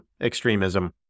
extremism